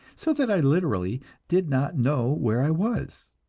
so that i literally did not know where i was.